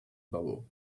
bubble